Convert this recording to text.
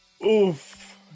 oof